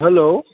hello